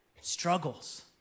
struggles